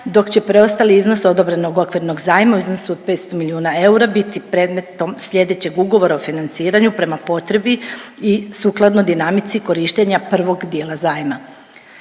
dok će preostali iznos odobrenog okvirnog zajma u iznosu od 500 milijuna eura biti predmetom sljedećeg ugovora o financiranju prema potrebi i sukladno dinamici korištenja prvog dijela zajma.